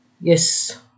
yes